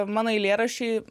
mano eilėraščiai